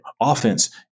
offense